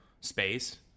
space